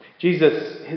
Jesus